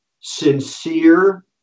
sincere